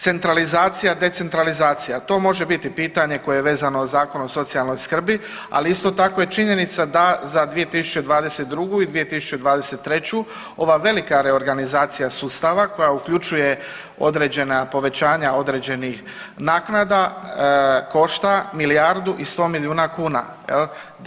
Centralizacija, decentralizacija, to može biti pitanje koje je vezano Zakonom o socijalnoj skrbi, ali isto tako je činjenica da za 2022. i 2023. ova velika reorganizacija sustava koja uključuje određena povećanja određenih naknada košta milijardu i 100 milijuna kuna jel.